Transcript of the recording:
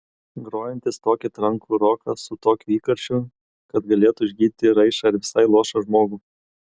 grojantys tokį trankų roką su tokiu įkarščiu kad galėtų išgydyti raišą ar visai luošą žmogų